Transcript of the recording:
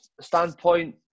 standpoint